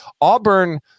Auburn